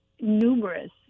numerous